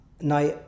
Now